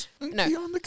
No